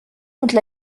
contre